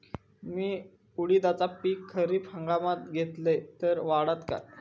मी उडीदाचा पीक खरीप हंगामात घेतलय तर वाढात काय?